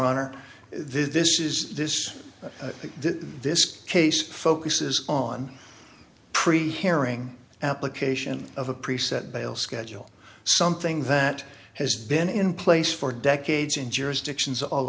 honor this is this this case focuses on pre hearing application of a preset bail schedule something that has been in place for decades